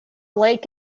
lake